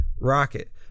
rocket